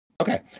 Okay